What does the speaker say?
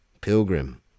Pilgrim